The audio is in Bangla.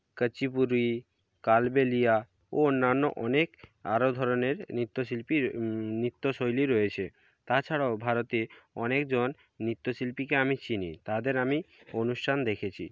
কুচিপুড়ি কালবেলিয়া ও অন্যান্য অনেক আরও ধরনের নৃত্যশিল্পী নৃত্যশৈলী রয়েছে তাছাড়াও ভারতে অনেকজন নৃত্যশিল্পীকে আমি চিনি তাদের আমি অনুষ্ঠান দেখেছি